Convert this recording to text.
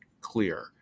clear